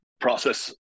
process